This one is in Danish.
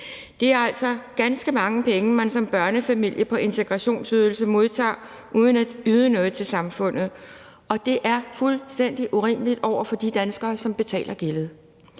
Det er altså ganske mange penge, man som børnefamilie på integrationsydelse modtager uden at yde noget til samfundet, og det er fuldstændig urimeligt over for de danskere, som betaler gildet.